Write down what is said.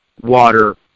water